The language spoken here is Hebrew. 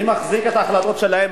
אני מחזיק את ההחלטות שלכם,